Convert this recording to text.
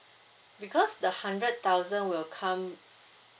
because the hundred thousand will come